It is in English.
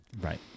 Right